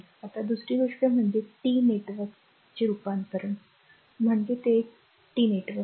आता दुसरी गोष्ट म्हणजे T नेटवर्कचे रूपांतरण T म्हणजे ते एक नेटवर्क आहे